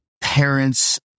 parents